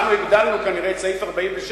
אבל אנחנו הגדלנו כנראה את סעיף 46,